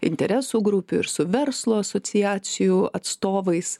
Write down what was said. interesų grupių ir su verslo asociacijų atstovais